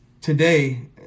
today